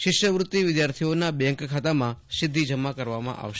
શિષ્યવૃત્તિ વિદ્યાર્થીઓના બેંક ખાતામાં સીધી જમા કરવામાં આવશે